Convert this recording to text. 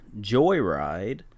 Joyride